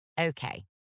Okay